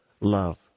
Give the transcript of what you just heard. love